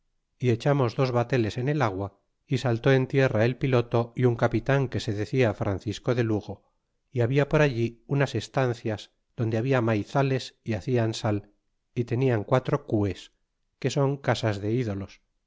y echamos dos bateles en el agua y saltó en tierra el piloto y un capitan que se decia francisco de lugo y habia por allí unas estancias donde habia maizales y hacían sal y tenian quatro cues que son casas de ídolos